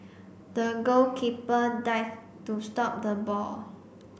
the goalkeeper dived to stop the ball